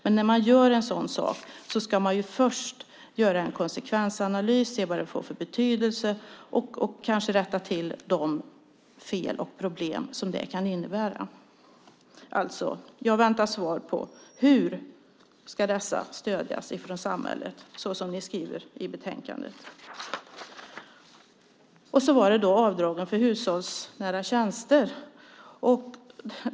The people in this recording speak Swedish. Men när man gör en sådan sak ska man ju först göra en konsekvensanalys och se vad det får för betydelse och kanske rätta till de fel och problem som det kan innebära. Jag väntar alltså svar på frågan hur dessa ska stödjas av samhället, så som ni skriver i betänkandet. Sedan var det avdragen för hushållsnära tjänster.